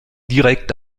direct